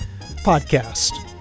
Podcast